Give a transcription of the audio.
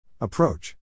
Approach